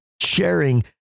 sharing